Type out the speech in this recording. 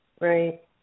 Right